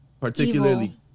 particularly